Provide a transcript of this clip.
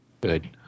Good